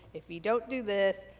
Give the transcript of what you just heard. if you don't do this,